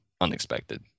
unexpected